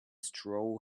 straw